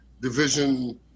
division